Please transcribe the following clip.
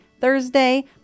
Thursday